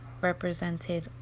represented